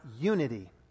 unity